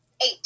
eight